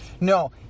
No